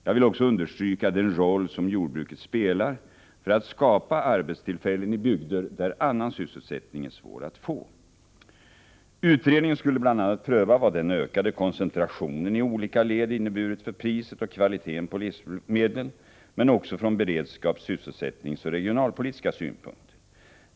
Jag vill också understryka den roll jordbruket spelar för att skapa arbetstillfällen i bygder där annan sysselsättning är svår att få. Utredningen skulle bl.a. pröva vad den ökade koncentrationen i olika led inneburit för priset och kvaliteten på livsmedlen, men också från beredskaps » sysselsättningsoch regionalpolitiska synpunkter.